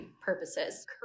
purposes